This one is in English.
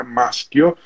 maschio